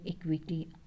equity